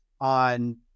on